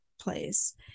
place